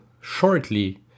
shortly